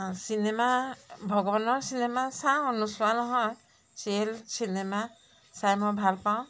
cinema ভগৱানৰ cinema চাওঁ নোচোৱা নহয় চিয়েল চিনেমা চাই মই ভাল পাওঁ